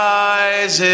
eyes